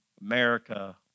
America